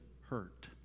hurt